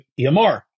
EMR